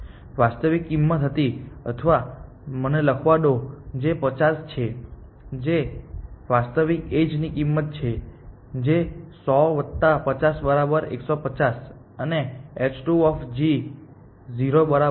વાસ્તવિક કિંમત હતી અથવા મને લખવા દો જે 50 છે જે વાસ્તવિક એજ કિંમત છે જે 100 વત્તા 50 બરાબર 150 છે અને h2 0 બરાબર છે